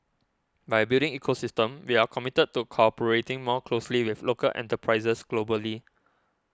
by building ecosystem we are committed to cooperating more closely with local enterprises globally